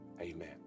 amen